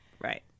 Right